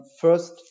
first